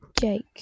Jake